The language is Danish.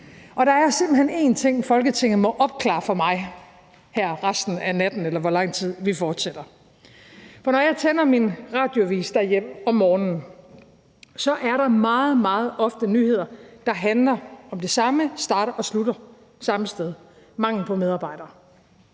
Og der er simpelt hen én ting, Folketinget må opklare for mig her resten af natten, eller hvor lang tid vi fortsætter. For når jeg tænder min radioavis derhjemme om morgenen, er der meget, meget ofte nyheder, der handler om det samme og starter og slutter samme sted, nemlig om manglen på medarbejdere.